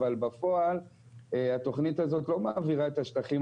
אבל בפועל התכנית הזאת לא מעבירה את השטחים